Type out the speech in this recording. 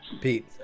Pete